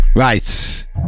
Right